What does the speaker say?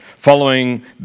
Following